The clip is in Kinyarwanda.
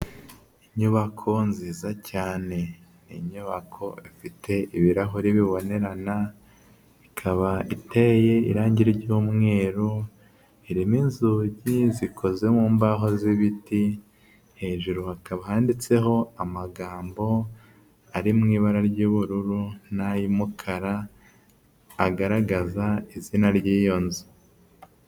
Inyubako nziza cyane, ni inyubako ifite ibirahuri bibonerana, ikaba iteye irangi ry'umweru, irimo inzugi zikoze mu mbaho z'ibiti, hejuru hakaba handitseho amagambo ari mu ibara ry'ubururu n'ay'umukara agaragaza izina ry'iyo nzu.